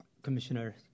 Commissioner